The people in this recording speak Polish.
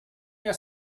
nie